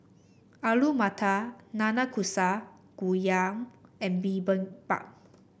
Alu Matar Nanakusa Gayu and Bibimbap